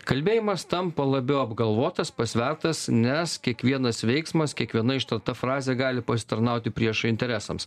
kalbėjimas tampa labiau apgalvotas pasvertas nes kiekvienas veiksmas kiekviena ištarta frazė gali pasitarnauti priešo interesams